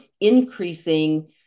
increasing